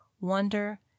wonder